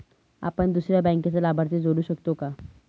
आपण दुसऱ्या बँकेचा लाभार्थी जोडू शकतो का?